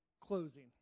closing